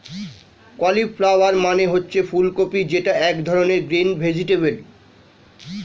cauliflower মানে হচ্ছে ফুলকপি যেটা এক ধরনের গ্রিন ভেজিটেবল